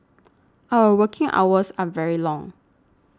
our working hours are very long